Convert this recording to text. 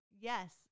yes